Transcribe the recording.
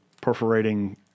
perforating